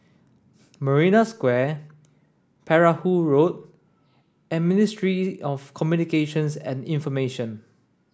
Marina Square Perahu Road and Ministry of Communications and Information